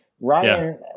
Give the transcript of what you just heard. Ryan